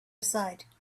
aside